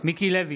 מיקי לוי,